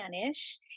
Spanish